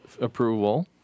approval